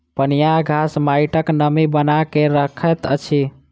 पनियाह घास माइटक नमी बना के रखैत अछि